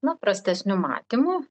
nu prastesniu matymu